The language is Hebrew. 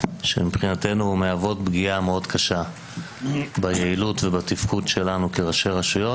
שמבחינתנו מהוות פגיעה מאוד קשה ביעילות ובתפקוד שלנו כראשי רשויות,